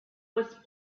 was